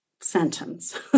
sentence